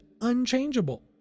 unchangeable